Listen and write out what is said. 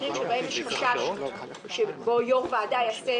מקרים שבהם יש חשש שבו יושב-ראש ועדה יעשה